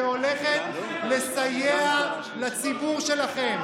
שהולכת לסייע לציבור שלכם.